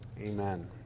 Amen